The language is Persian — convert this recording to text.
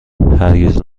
هرگز